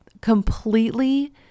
completely